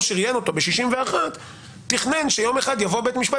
שריין אותו ב-61 תכנן שיום אחד יבוא בית משפט